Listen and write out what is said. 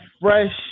Fresh